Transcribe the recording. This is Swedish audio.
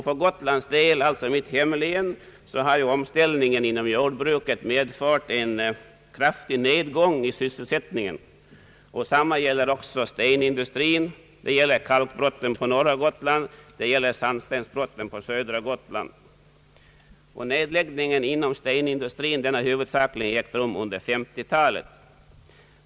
För Gotlands del, alltså för mitt hemlän, har ju omställningen inom jordbruket medfört en kraftig nedgång i sysselsättningen. Detsamma gäller stenindustrin, det gäller kalkbrotten på norra Gotland och det gäller sandstensbrotten på södra Gotland. Nedläggningen inom stenindustrin har huvudsakligen ägt rum under 1950-talet.